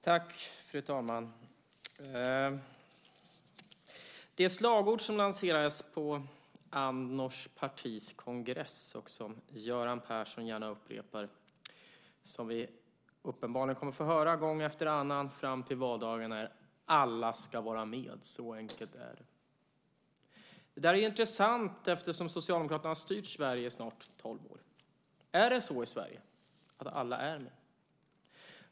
Fru talman! Det slagord som lanserades på Andnors partis kongress, som Göran Persson gärna upprepar och som vi uppenbarligen kommer att få höra gång efter annan fram till valdagen är följande: "Alla ska vara med. Så enkelt är det." Det här är intressant eftersom Socialdemokraterna har styrt Sverige i snart tolv år. Är alla i Sverige med?